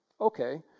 okay